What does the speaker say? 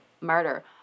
murder